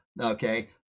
Okay